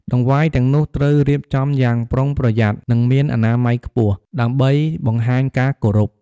តង្វាយទាំងនោះត្រូវរៀបចំយ៉ាងប្រុងប្រយ័ត្ន និងមានអនាម័យខ្ពស់ ដើម្បីបង្ហាញការគោរព។